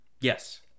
Yes